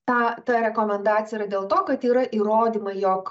ta ta rekomendacija yra dėl to kad yra įrodymai jog